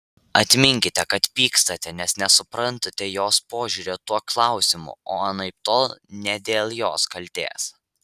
atminkite kad pykstate nes nesuprantate jos požiūrio tuo klausimu o anaiptol ne dėl jos kaltės